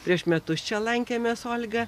prieš metus čia lankėmės olga